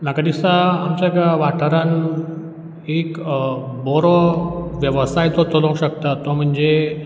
म्हाका दिसता आमच्या किंवां वाठारांत एक बरो वेवसाय जो चलोंक शकता तो म्हणजे